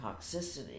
toxicity